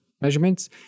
measurements